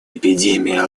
эпидемия